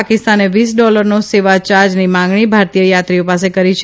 પાકિસ્તાને વીસ ડોલરનો સેવાયાર્જની માંગણી ભારતીય યાત્રીઓ પાસે કરી છે